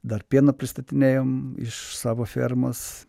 dar pieno pristatinėjom savo fermos